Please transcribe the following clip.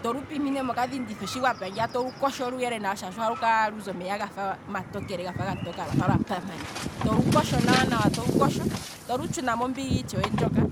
Tolu pimpile mokadhinditho shi lwapya nawa ngiya tolu kosho nawa shaashi ohalu kala aluzi omeya omatokele gafa gapama ngiya lwafa lwapama, tolu kosho nawa nawa, tolu tshuna mombiga itshewe moka,